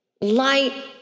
light